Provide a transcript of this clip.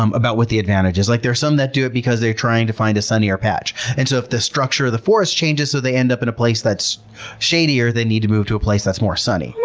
um about what the advantage is. like there are some that do it because they're trying to find a sunnier patch. and so if the structure of the forest changes so they end up in a place that's shadier, they need to move to a place that's more sunny.